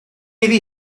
iddi